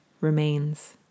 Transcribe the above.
remains